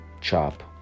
Chop